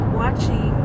watching